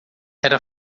era